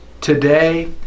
today